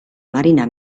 marina